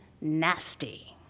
nasty